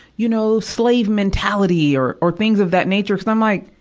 you know, slave mentality, or, or things of that nature, cuz i'm, like,